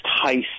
Heist